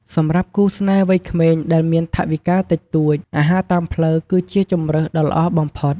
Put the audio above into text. សម្រាប់គូស្នេហ៍វ័យក្មេងដែលមានថវិកាតិចតួច អាហារតាមផ្លូវគឺជាជម្រើសដ៏ល្អបំផុត។